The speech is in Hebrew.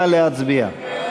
נא להצביע.